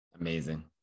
amazing